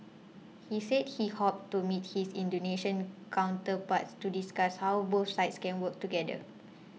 he said he hoped to meet his Indonesian counterpart to discuss how both sides can work together